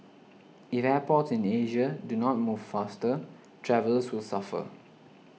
if airports in Asia do not move faster travellers will suffer